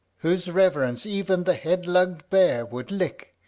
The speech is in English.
whose reverence even the head-lugg'd bear would lick,